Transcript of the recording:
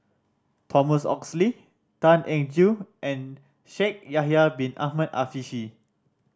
Thomas Oxley Tan Eng Joo and Shaikh Yahya Bin Ahmed Afifi